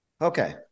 Okay